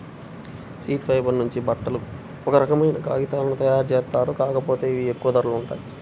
seed fibre నుంచి బట్టలు, ఒక రకమైన కాగితాలను తయ్యారుజేత్తారు, కాకపోతే ఇవి ఎక్కువ ధరలో ఉంటాయి